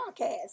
podcast